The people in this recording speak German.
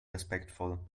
respektvoll